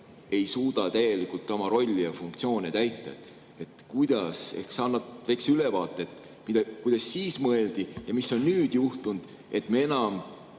ei suuda täielikult oma rolli ja funktsioone täita. Ehk sa annad väikse ülevaate, kuidas siis mõeldi ja mis on nüüd juhtunud, et me enam